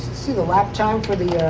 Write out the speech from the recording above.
see the lap time for the